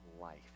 life